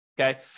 okay